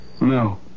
No